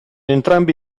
entrambi